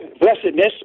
blessedness